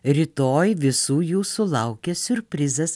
rytoj visų jūsų laukia siurprizas